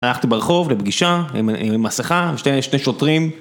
הלכתי ברחוב לפגישה עם מסכה ושני שוטרים